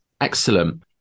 Excellent